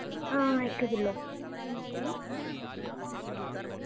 हां इक किल्लो